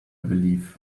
believe